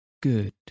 good